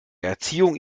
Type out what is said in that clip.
erziehung